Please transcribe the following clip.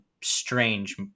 strange